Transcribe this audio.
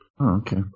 Okay